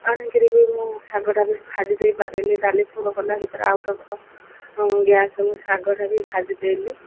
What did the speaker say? ଆଣି କରି ବି ମୁଁ ଶାଗଟା ବି ଭାଜି ଦେଇପାରିଲି ଡାଲି ଛୁଙ୍କ କଲା ଭିତରେ ଆଉ ଗୋଟେ ପଟ ଗ୍ୟାସରେ ମୁଁ ଶାଗଟା ବି ଭାଜି ଦେଲି